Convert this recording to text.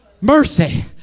Mercy